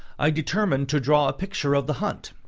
i determined to draw a picture of the hunt.